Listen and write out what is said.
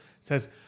says